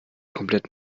komplett